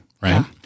right